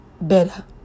better